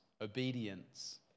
obedience